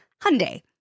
Hyundai